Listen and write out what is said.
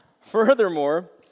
furthermore